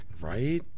Right